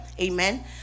Amen